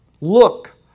look